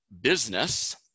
business